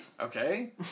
okay